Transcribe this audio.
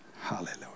Hallelujah